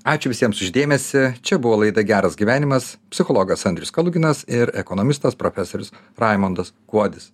ačiū visiems už dėmesį čia buvo laida geras gyvenimas psichologas andrius kaluginas ir ekonomistas profesorius raimondas kuodis